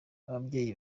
ababyeyi